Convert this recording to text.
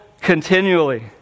continually